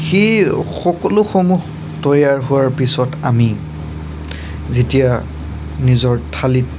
সেই সকলোসমূহ তৈয়াৰ হোৱাৰ পিছত আমি যেতিয়া নিজৰ থালিত